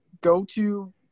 go-to